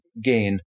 gain